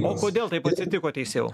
o kodėl taip atsitiko teisėjau